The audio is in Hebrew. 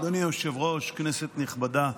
אדוני היושב-ראש, כנסת נכבדה,